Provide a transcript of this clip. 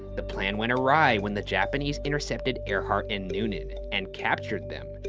the plan went awry when the japanese intercepted earhart and noonan and captured them,